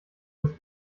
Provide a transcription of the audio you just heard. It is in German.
das